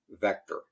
vector